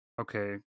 Okay